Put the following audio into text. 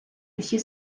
усі